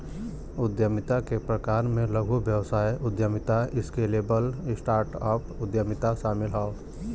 उद्यमिता के प्रकार में लघु व्यवसाय उद्यमिता, स्केलेबल स्टार्टअप उद्यमिता शामिल हौ